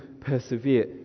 persevere